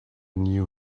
knew